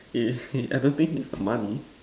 eh I don't think it's the money